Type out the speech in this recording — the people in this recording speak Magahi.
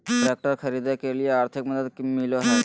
ट्रैक्टर खरीदे के लिए आर्थिक मदद मिलो है?